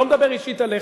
אני לא מדבר אישית עליך.